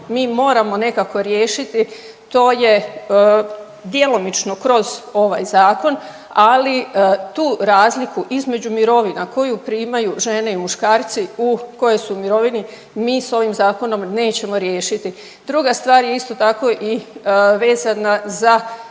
mi moramo nekako riješiti to je djelomično kroz ovaj zakon, ali tu razliku između mirovina koju primaju žene i muškarci koji su u mirovini mi sa ovim zakonom nećemo riješiti. Druga stvar je isto tako i vezana za